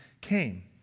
came